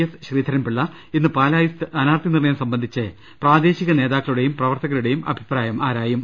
S Sreedharan Pillai ഇന്ന് പാലായിൽ സ്ഥാനാർത്ഥി നിർണയം സംബന്ധിച്ച് പ്രാദേശിക നേതാക്കളുടെയും പ്രവർത്തകരുടെയും അഭിപ്രായം ആരായും